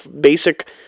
basic